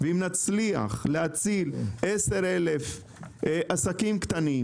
אם נצליח להציל 10,000 עסקים קטנים